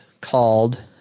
called